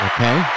Okay